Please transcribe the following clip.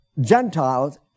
Gentiles